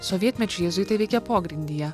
sovietmečiu jėzuitai veikė pogrindyje